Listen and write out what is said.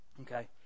Okay